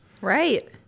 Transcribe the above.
right